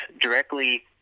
directly